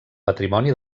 patrimoni